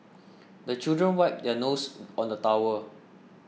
the children wipe their noses on the towel